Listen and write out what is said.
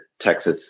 Texas